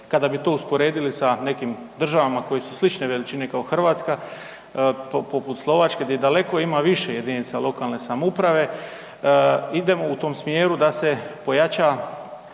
Kada bi to usporedili sa nekim državama koje su slične veličine kao Hrvatska poput Slovačke gdje daleko ima više jedinica lokalne samouprave, idemo u tom smjeru da se ojača